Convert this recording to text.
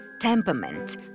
temperament